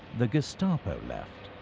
the gestapo left.